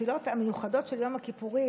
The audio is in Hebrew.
התפילות המיוחדות של יום הכיפורים,